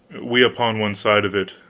we upon one side of it,